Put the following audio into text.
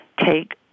take